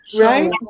Right